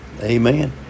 Amen